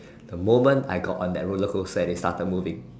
the moment I got on that roller coaster and they started moving